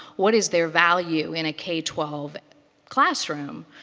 what is their value in a k twelve classroom?